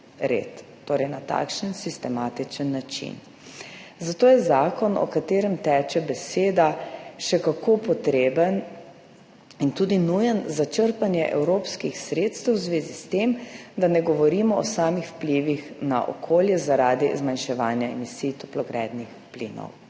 prometa na okolje in zdravje ljudi. Zato je zakon, o katerem teče beseda, še kako potreben in tudi nujen za črpanje evropskih sredstev v zvezi s tem, da ne govorimo o samih vplivih na okolje zaradi zmanjševanja emisij toplogrednih plinov.